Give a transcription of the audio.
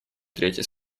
третьей